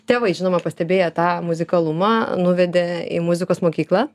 tėvai žinoma pastebėję tą muzikalumą nuvedė į muzikos mokyklą